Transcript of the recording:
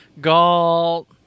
Galt